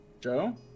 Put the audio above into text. Joe